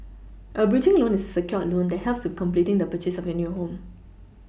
a bridging loan is a secured loan that helps with completing the purchase of your new home